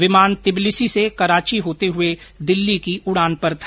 विमान तिबलिसी से कराची होते हुए दिल्ली की उड़ान पर था